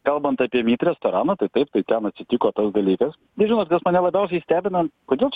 kalbant apie myt restoraną tai taip ten atsitiko tas dalykas nu žinot kas mane labiausia stebina kodėl čia